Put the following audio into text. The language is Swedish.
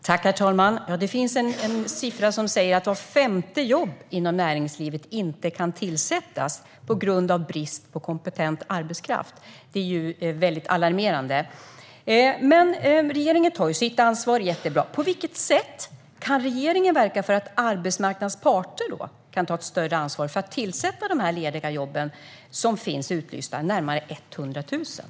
Herr talman! En siffra säger att vart femte jobb inom näringslivet inte kan tillsättas på grund av brist på kompetent arbetskraft. Det är alarmerande. Regeringen tar sitt ansvar - jättebra. På vilket sätt kan regeringen verka för att arbetsmarknadens parter kan ta ett större ansvar för att tillsätta de närmare 100 000 utlysta lediga jobben?